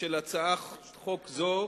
של הצעת חוק זו